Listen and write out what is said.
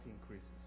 increases